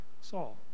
Saul